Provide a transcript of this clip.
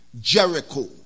Jericho